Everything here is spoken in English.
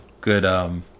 good